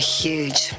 huge